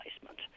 placement